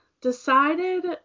decided